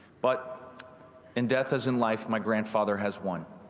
but in death as in life, my grandfather has won.